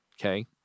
okay